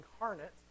incarnate